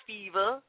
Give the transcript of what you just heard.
Fever